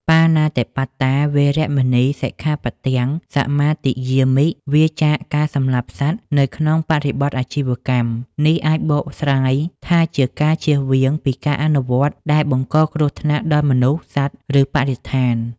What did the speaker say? បាណាតិបាតា វេរមណី សិក្ខាបទំ សមាទិយាមិ វៀរចាកការសម្លាប់សត្វ នៅក្នុងបរិបទអាជីវកម្ម នេះអាចបកស្រាយថាជាការជៀសវាងពីការអនុវត្តដែលបង្កគ្រោះថ្នាក់ដល់មនុស្ស សត្វ ឬបរិស្ថាន។